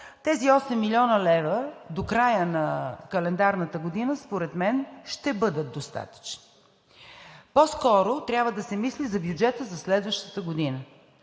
тези 8 млн. лв. до края на календарната година според мен ще бъдат достатъчни. По-скоро трябва да се мисли за бюджета за следващата година.